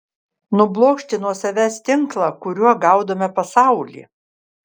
nublokšti nuo savęs tinklą kuriuo gaudome pasaulį